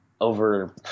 over